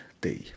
day